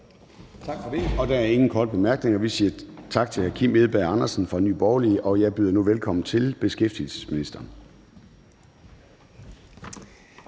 Tak for det. Der er ingen korte bemærkninger. Vi siger tak til hr. Kim Edberg Andersen fra Nye Borgerlige. Jeg byder nu velkommen til beskæftigelsesministeren.